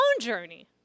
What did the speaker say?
journey